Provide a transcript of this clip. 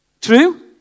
True